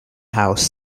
house